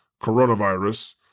coronavirus